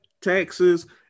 taxes